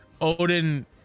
Odin